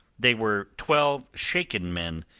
they were twelve shaken men,